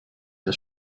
der